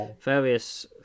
various